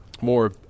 more